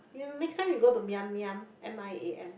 you next time you go to Miam-Miam M I A M